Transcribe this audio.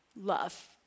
love